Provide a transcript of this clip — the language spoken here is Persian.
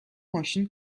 ماشین